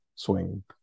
swing